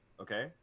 okay